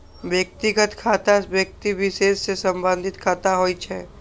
व्यक्तिगत खाता व्यक्ति विशेष सं संबंधित खाता होइ छै